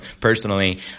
personally